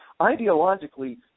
ideologically